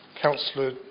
Councillor